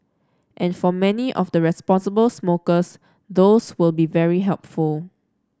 and for many of the responsible smokers those will be very helpful